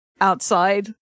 outside